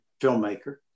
filmmaker